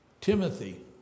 Timothy